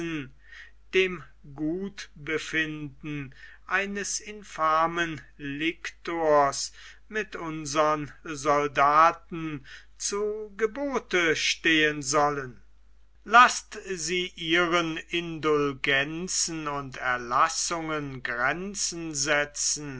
dem gutbefinden eines infamen lictors mit unsern soldaten zu gebote stehen sollen laßt sie ihren indulgenzen und erlassungen grenzen setzen